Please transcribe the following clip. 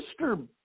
Mr